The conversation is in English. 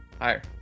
Hi